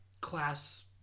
class